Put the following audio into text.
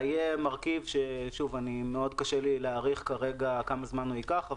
יהיה מרכיב שקשה לי להעריך כרגע כמה זמן ייקח,